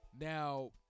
Now